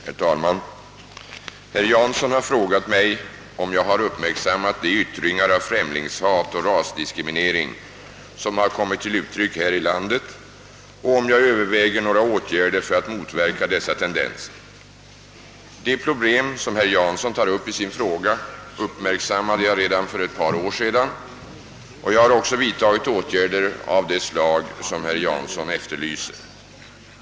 Herr talman! Herr Jansson har frågat mig om jag har uppmärksammat de yttringar av främlingshat och ras diskriminering som har kommit till uttryck här i landet och om jag överväger några åtgärder för att motverka dessa tendenser. De problem som herr Jansson tar upp i sin fråga uppmärksammade jag redan för ett par år sedan och jag har också vidtagit åtgärder av det slag som herr Jansson efterlyser.